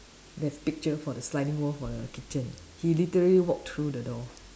they have picture for the sliding wall for the kitchen he literally walk through the door